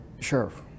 Sheriff